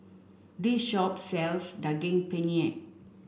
this shop sells Daging Penyet